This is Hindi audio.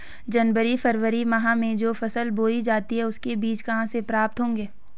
जनवरी फरवरी माह में जो फसल बोई जाती है उसके बीज कहाँ से प्राप्त होंगे?